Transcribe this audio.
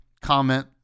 comment